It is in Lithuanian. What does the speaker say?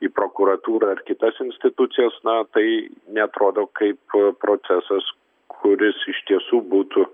į prokuratūrą ar kitas institucijos na tai neatrodo kaip procesas kuris iš tiesų būtų